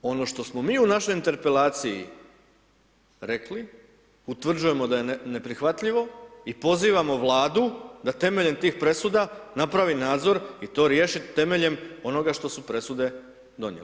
Ono što smo mi u našoj interpelaciji rekli, utvrđujemo da je neprihvatljivo i pozivamo Vladu da temeljem tih presuda napravi nadzor i to riješi temeljem onoga što su presude donijele.